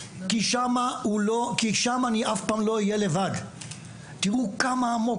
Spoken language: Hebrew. כי שם אני אף פעם לא אהיה לבד.״ תראו כמה עמוק.